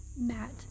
Matt